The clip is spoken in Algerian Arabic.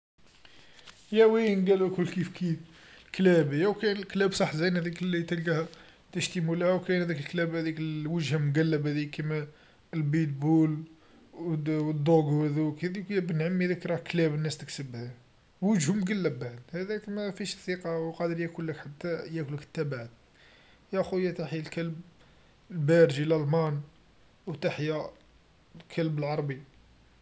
يا وين قالولكم كيف كيف، كلاب ياو كاين كلاب صح زينا ديك لتلقاها تشتي مولاها و كاين هاذيك الكلاب لوجها مقلب هاذيك كيما البيتبول و الدوغو هاذوك، هاذيك يا بنعمي راها كلاب ناس تكسبها، وجهم مقلب، هاذاك مافيهش الثقه و قادر ياكولك ياكلك تبع، يا خويا تحيا الكلب البارجي لالمان و تحيا الكلب العربي.